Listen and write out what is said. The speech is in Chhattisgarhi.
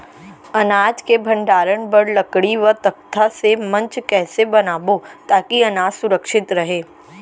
अनाज के भण्डारण बर लकड़ी व तख्ता से मंच कैसे बनाबो ताकि अनाज सुरक्षित रहे?